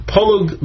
Polug